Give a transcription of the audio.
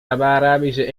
arabische